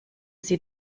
sie